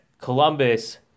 Columbus